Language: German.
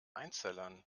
einzellern